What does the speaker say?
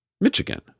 Michigan